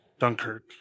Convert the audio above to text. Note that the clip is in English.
Dunkirk